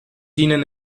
dienen